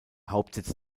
hauptsitz